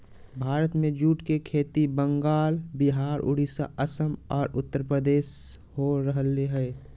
भारत में जूट के खेती बंगाल, विहार, उड़ीसा, असम आर उत्तरप्रदेश में हो रहल हई